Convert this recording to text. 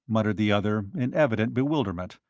muttered the other, in evident bewilderment,